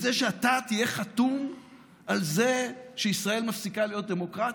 את זה שאתה תהיה חתום על זה שישראל מפסיקה להיות דמוקרטיה?